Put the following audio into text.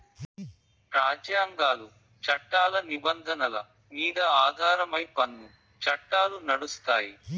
రాజ్యాంగాలు, చట్టాల నిబంధనల మీద ఆధారమై పన్ను చట్టాలు నడుస్తాయి